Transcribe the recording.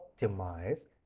optimize